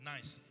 Nice